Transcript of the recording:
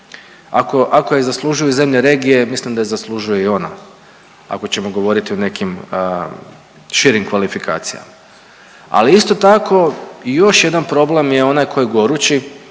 ako je zaslužuju zemlje regije mislim da je zaslužuje i ona ako ćemo govoriti o nekim širim kvalifikacija. Ali isto tako i još jedan problem je onaj koji je gorući,